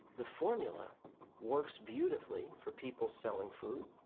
the formula works beautifully for people selling food.